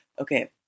Okay